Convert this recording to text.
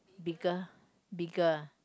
bigger bigger